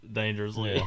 dangerously